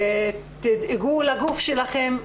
תדאגו לגוף שלכן.